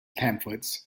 pamphlets